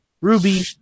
Ruby